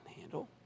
Handle